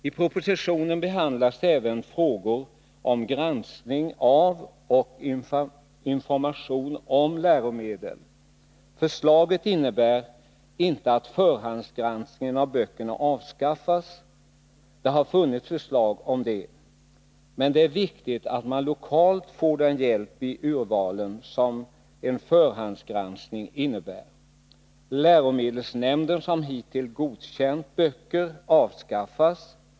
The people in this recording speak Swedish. I propositionen behandlas även frågor om granskning av och information om läromedel. Förslaget innebär inte att förhandsgranskningen av böckerna avskaffas. Det har funnits förslag om det, men det är viktigt att man lokalt får den hjälp i urvalet som en förhandsgranskning innebär. Läromedelsnämnden, som hittills godkänt böcker, avskaffas.